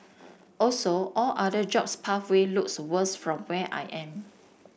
also all other jobs pathway looks worse from where I am